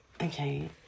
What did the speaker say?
Okay